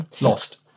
lost